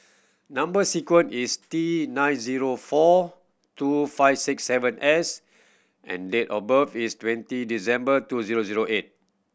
number sequence is T nine zero four two five six seven S and date of birth is twenty December two zero zero eight